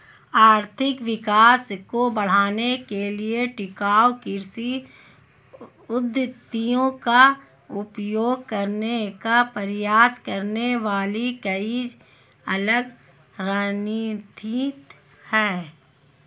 आर्थिक विकास को बढ़ाने के लिए टिकाऊ कृषि पद्धतियों का उपयोग करने का प्रयास करने वाली कई अलग रणनीतियां हैं